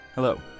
Hello